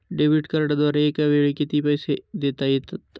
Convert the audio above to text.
Debit कार्डद्वारे एकावेळी किती पैसे देता येतात?